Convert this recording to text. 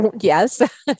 Yes